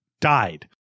died